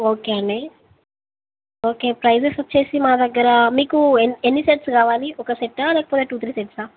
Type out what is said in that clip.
okay అండి okay prices వచ్చేసి మా దగ్గర మీకు ఎన్ని సెట్స్ కావాలి ఒక సెట్ లేకపోతే టూ త్రీ సెట్సా